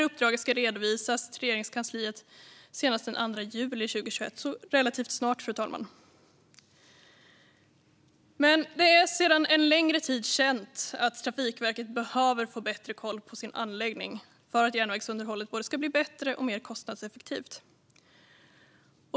Uppdraget ska redovisas för Regeringskansliet senast den 2 juli 2021 - relativt snart, fru talman. Det är sedan en längre tid känt att Trafikverket behöver få bättre koll på sin anläggning för att järnvägsunderhållet ska bli bättre och mer kostnadseffektivt.